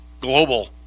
global